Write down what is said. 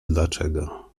dlaczego